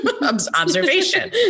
observation